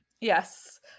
Yes